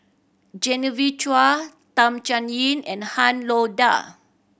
Genevieve Chua Tham Sien Yen and Han Lao Da